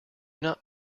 not